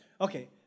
okay